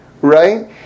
right